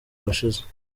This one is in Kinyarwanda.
washize